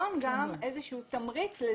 בחשבון גם איזשהו תמריץ.